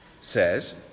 says